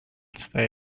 state